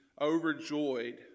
overjoyed